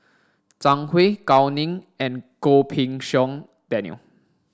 Zhang Hui Gao Ning and Goh Pei Siong Daniel